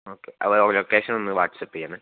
okay location ഒന്ന് WhatsApp ചെയ്യണേ